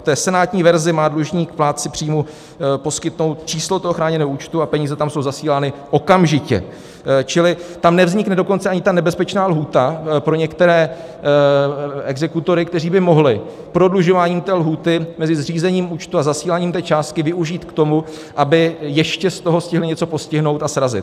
V senátní verzi má dlužník plátci příjmu poskytnout číslo chráněného účtu a peníze tam jsou zasílány okamžitě, čili tam nevznikne dokonce ani ta nebezpečná lhůta pro některé exekutory, kteří by mohli prodlužování lhůty mezi zřízením účtu a zasíláním té částky využít k tomu, aby ještě z toho stihli něco postihnout a srazit.